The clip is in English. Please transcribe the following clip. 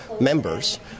members